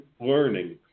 learning